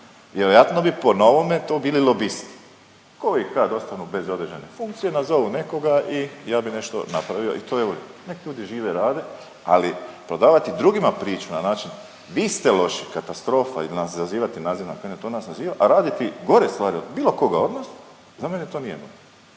Vjerojatno bi po novome to bili lobisti koji kad ostanu bez određene funkcije, nazovu nekoga i ja bi nešto napravio, a i to je u redu, nek ljudi žive, rade, ali prodavati drugima priču na način, vi ste loši, katastrofa ili nas nazivate .../Govornik se ne razumije./... a raditi gore stvari od bilo koga od nas, za mene to nije